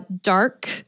dark